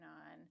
on